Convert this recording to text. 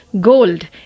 gold